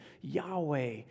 Yahweh